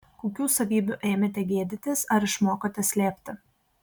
kokių savybių ėmėte gėdytis ar išmokote slėpti